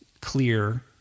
clear